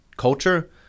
culture